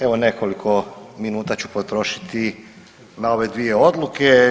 Evo nekoliko minuta ću potrošiti na ove dvije odluke.